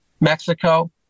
Mexico